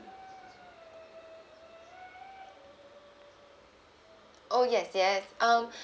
oh yes yes um